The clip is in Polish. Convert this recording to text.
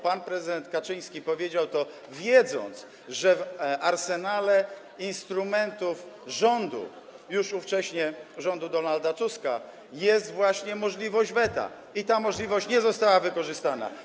Pan prezydent Kaczyński powiedział to, wiedząc, że w arsenale instrumentów rządu, ówcześnie już rządu Donalda Tuska, jest właśnie możliwość weta, i ta możliwość nie została wykorzystana.